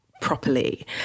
properly